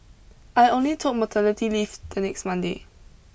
I only took my maternity leave the next Monday